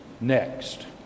next